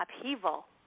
upheaval